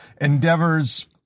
endeavors